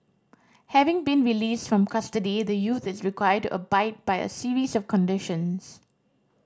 having been released from custody the youth is required to abide by a series of conditions